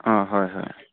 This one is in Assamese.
অঁ হয় হয়